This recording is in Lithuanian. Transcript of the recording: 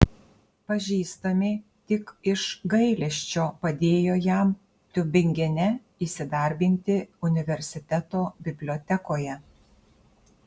pažįstami tik iš gailesčio padėjo jam tiubingene įsidarbinti universiteto bibliotekoje